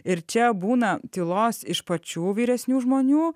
ir čia būna tylos iš pačių vyresnių žmonių